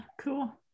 Cool